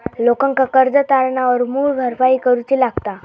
लोकांका कर्ज तारणावर मूळ भरपाई करूची लागता